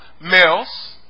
males